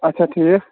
اَچھا ٹھیٖک